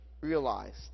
realized